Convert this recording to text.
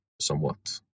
somewhat